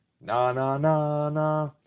na-na-na-na